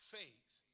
faith